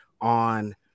on